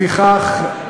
לפיכך,